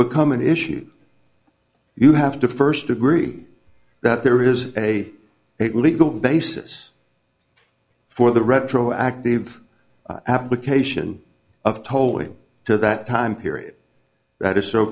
become an issue you have to first agree that there is a legal basis for the retroactive application of tolly to that time period that is so